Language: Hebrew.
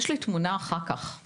כל